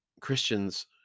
christians